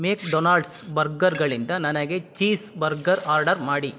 McDonald's ಬರ್ಗರ್ಗಳಿಂದ ನನಗೆ cheese burger order ಮಾಡಿ